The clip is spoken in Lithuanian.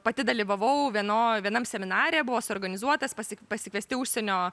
pati dalyvavau vienoj vienam seminare buvo suorganizuotas pasiekti pasikviesti užsienio